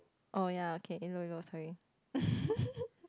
oh ya okay llo-llo sorry